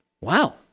wow